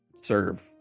serve